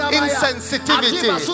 insensitivity